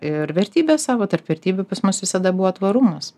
ir vertybes savo tarp vertybių pas mus visada buvo tvarumas